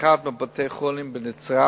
לאחד מבתי-החולים בנצרת